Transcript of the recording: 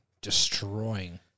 destroying